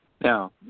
now